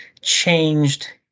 changed